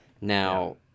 Now